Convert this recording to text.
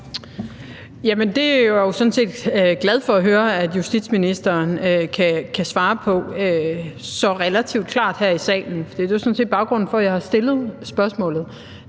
set glad for at høre at justitsministeren kan svare på så relativt klart her i salen. For det, der sådan set er baggrunden for, at jeg har stillet spørgsmålet,